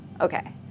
Okay